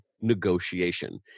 negotiation